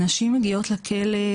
נשים מגיעות לכלא,